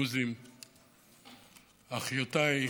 תוך עשייה,